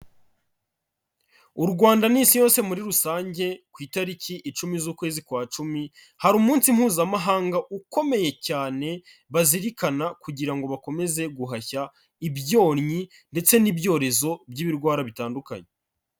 U Rwanda n'isi yose muri rusange, ku itariki icumi z'ukwezi kwa cumi, hari umunsi mpuzamahanga ukomeye cyane bazirikana kugira ngo bakomeze guhashya ibyonnyi ndetse n'ibyorezo by'ibirwara bitandukanye.